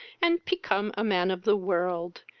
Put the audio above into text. and pecome a man of the world,